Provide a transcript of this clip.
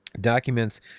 Documents